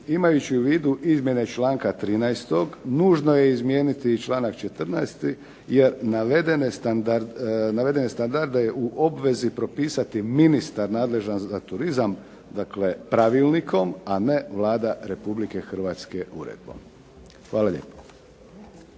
imajući u vidu izmjene članka 13. nužno je izmijeniti i članak 14. jer navedene standarde je u obvezi propisati ministar nadležan za turizam, dakle pravilnikom, a ne Vlada Republike Hrvatske uredbom. Hvala lijepo.